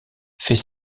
fait